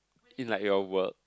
in like your work